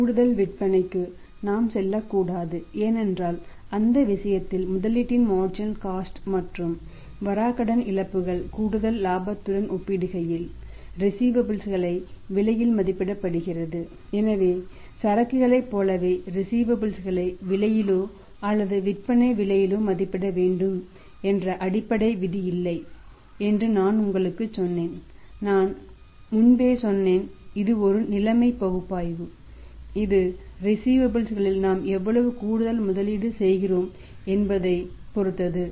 கூடுதல் விற்பனைக்கு நாம் செல்லக்கூடாது ஏனென்றால் அந்த விஷயத்தில் முதலீட்டின் மார்ஜினல் காஸ்ட் களில் நாம் எவ்வளவு கூடுதல் முதலீடு செய்கிறோம் என்பதைப் பொறுத்தது